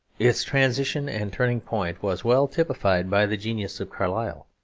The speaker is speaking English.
its transition and turning-point, was well typified by the genius of carlyle.